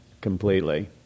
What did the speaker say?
completely